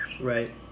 right